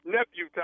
Nephew